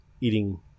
eating